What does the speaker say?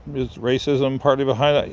is racism partly behind that?